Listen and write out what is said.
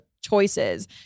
choices